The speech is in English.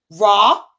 raw